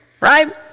right